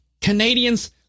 canadians